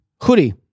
hoodie